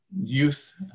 youth